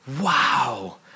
wow